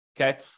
okay